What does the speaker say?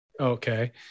Okay